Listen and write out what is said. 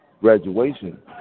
graduation